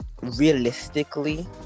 Realistically